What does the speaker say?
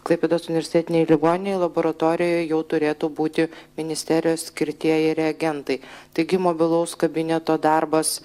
klaipėdos universitetinėj ligoninėj laboratorijoj jau turėtų būti ministerijos skirtieji reagentai taigi mobilaus kabineto darbas